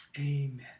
amen